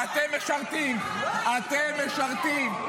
אתם משרתים,